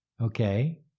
Okay